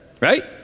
right